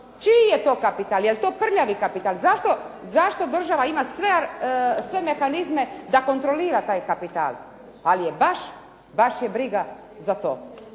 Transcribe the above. Čiji je to kapital, jel to prljavi kapital? Zašto država ima sve mehanizme da kontrolira taj kapital? Ali baš je briga za to.